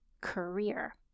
career